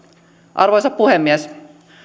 arvoisa puhemies